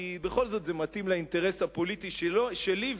כי בכל זאת זה מתאים לאינטרס הפוליטי שלי.